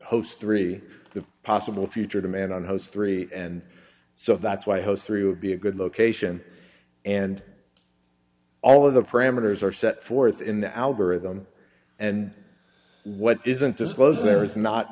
host three the possible future demand on house three and so that's why host through would be a good location and all of the parameters are set forth in the algorithm and what isn't disclosed there is not